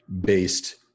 based